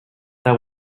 that